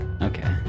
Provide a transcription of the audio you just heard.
Okay